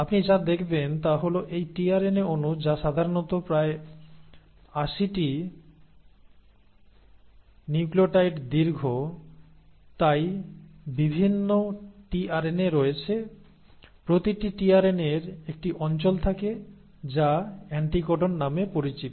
আপনি যা দেখবেন তা হল এই টিআরএনএ অণু যা সাধারণত প্রায় 80 টি নিউক্লিওটাইড দীর্ঘ তাই বিভিন্ন টিআরএনএ রয়েছে প্রতিটি টিআরএনএর একটি অঞ্চল থাকে যা অ্যান্টিকোডন নামে পরিচিত